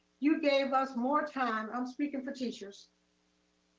you gave us more time. i'm speaking for teachers,